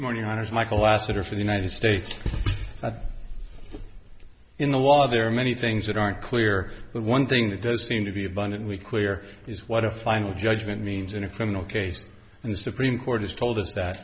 morning honors michael glasser for the united states in the law there are many things that aren't clear but one thing that does seem to be abundantly clear is what a final judgment means in a criminal case and the supreme court has told us that